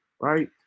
right